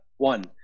one